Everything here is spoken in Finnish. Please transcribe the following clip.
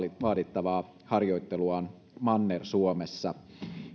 vaadittavaa harjoitteluaan manner suomessa